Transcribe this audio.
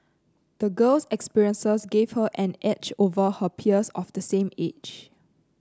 the girl's experiences gave her an edge over her peers of the same age